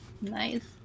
nice